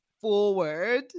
forward